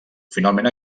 finalment